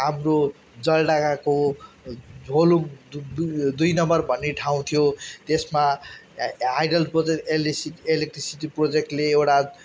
हाम्रो जलढकाको झोलुङ दो दुई नम्बर भन्ने ठाउँ थियो त्यसमा हा हाइडल प्रोजेक्ट इलेक्ट्रिसिटी प्रोजेक्टले एउटा